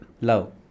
Love